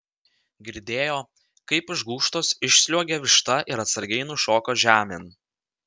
girdėjo kaip iš gūžtos išsliuogė višta ir atsargiai nušoko žemėn